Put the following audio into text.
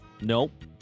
Nope